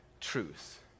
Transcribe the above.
truth